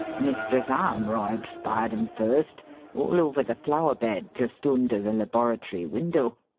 mistress armroyd spied em first all over the flower bed just under the laboratory window.